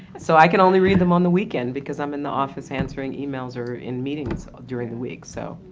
so i can only read them on the weekend because i'm in the office answering emails or in meetings during the week, so.